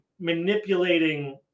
manipulating